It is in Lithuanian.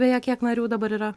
beje kiek narių dabar yra